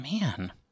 Man